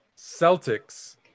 Celtics